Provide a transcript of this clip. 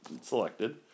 selected